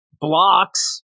blocks